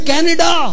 Canada